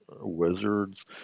Wizards